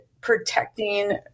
protecting